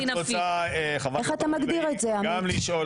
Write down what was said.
אתה רוצה, בוא נקיים דיון חסוי ונשמע